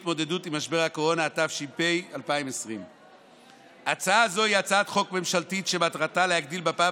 התש"ף 2020. הצעה זו היא הצעת חוק ממשלתית שמטרתה להגדיל בפעם